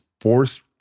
force